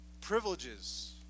privileges